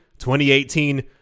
2018